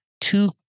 two